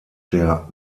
der